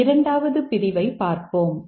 இதேபோல் இரண்டாவது பிரிவைப் பார்ப்போம்